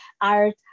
art